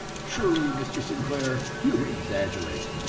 surely, mr. sinclair, you exaggerate!